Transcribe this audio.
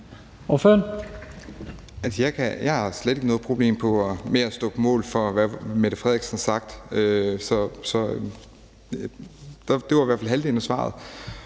jeg har slet ikke noget problem med at stå på mål for, hvad Mette Frederiksen har sagt. Det var svaret på den ene del af spørgsmålet.